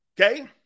Okay